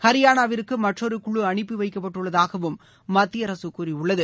ஹரியானாவிற்கு மற்றொரு குழு அனுப்பி வைக்கப்பட்டுள்ளதாகவும் மத்திய அரசு கூறியுள்ளது